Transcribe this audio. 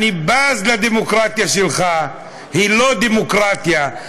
אני בז לדמוקרטיה שלך, היא לא דמוקרטיה,